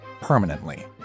permanently